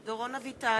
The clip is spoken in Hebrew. (קוראת בשמות חברי הכנסת)